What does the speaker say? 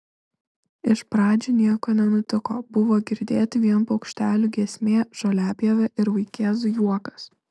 iš pradžių nieko nenutiko buvo girdėti vien paukštelių giesmė žoliapjovė ir vaikėzų juokas